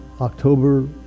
October